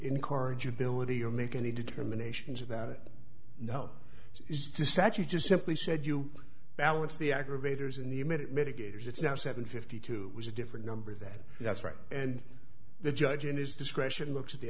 incorrigibility or make any determinations about it no it's just that you just simply said you balance the aggravators in the minute mitigators it's now seven fifty two was a different number that that's right and the judge in his discretion looks at the